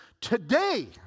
today